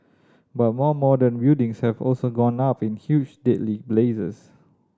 but more modern buildings have also gone up in huge deadly blazes